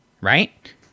right